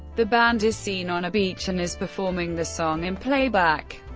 the band is seen on a beach and is performing the song in play back.